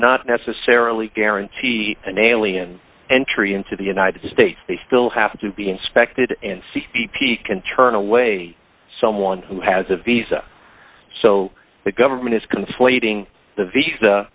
not necessarily guarantee an alien entry into the united states they still have to be inspected and c b p can turn away someone who has a visa so the government is conflating the visa